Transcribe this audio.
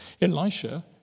Elisha